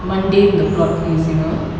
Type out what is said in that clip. mundane the plot is you know